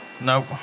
Nope